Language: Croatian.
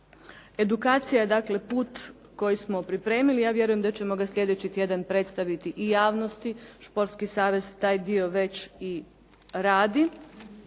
Edukacija je dakle put koji smo pripremili, ja vjerujem da ćemo ga sljedeći tjedan predstaviti i javnosti Športski savez taj dio već i radi.